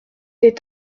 est